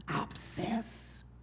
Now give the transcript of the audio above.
Obsess